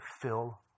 fill